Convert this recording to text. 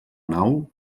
nau